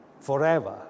forever